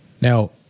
Now